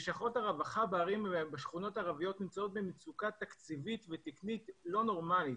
לשכות הרווחה בשכונות ערביות נמצאות במצוקה תקציבית ותקנית לא נורמלית.